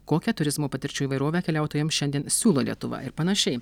kokią turizmo patirčių įvairovę keliautojams šiandien siūlo lietuva ir panašiai